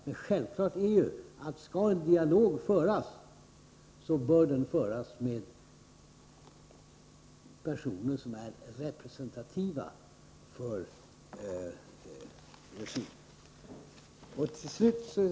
Men skall en dialog föras, bör den självfallet föras med personer som är representativa. Slutligen.